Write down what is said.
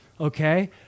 okay